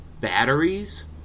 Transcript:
batteries